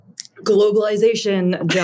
globalization